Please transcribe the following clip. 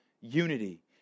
unity